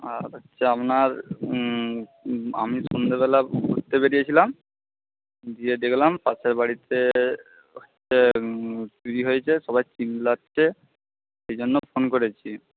আর হচ্ছে আপনার আমি সন্ধ্যাবেলা ঘুরতে বেরিয়েছিলাম গিয়ে দেখলাম পাশের বাড়িতে হচ্ছে চুরি হয়েছে সবাই চিল্লাচ্ছে সেই জন্য ফোন করেছি